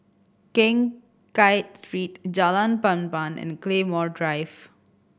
Keng Kiat Street Jalan Papan and Claymore Drive